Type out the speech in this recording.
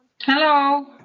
hello